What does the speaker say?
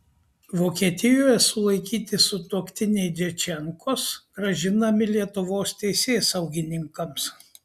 vokietijoje sulaikyti sutuoktiniai djačenkos grąžinami lietuvos teisėsaugininkams